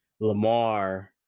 Lamar